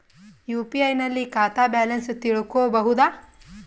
UPI ನಲ್ಲಿ ಖಾತಾ balance ತಿಳಕೊ ಬಹುದಾ?